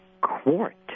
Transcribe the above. quart